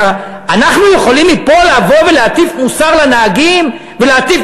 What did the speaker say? אנחנו יכולים מפה לבוא ולהטיף מוסר לנהגים ולהטיף